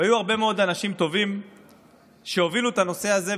והיו הרבה מאוד אנשים טובים שהובילו את הנושא הזה,